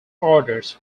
orders